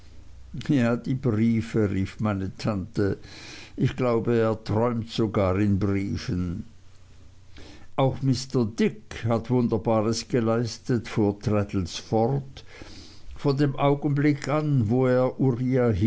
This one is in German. die briefe rief meine tante ich glaube er träumt sogar in briefen auch mr dick hat wunderbares geleistet fuhr traddles fort von dem augenblicke an wo er